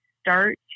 start